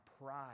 pride